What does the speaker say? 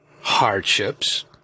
hardships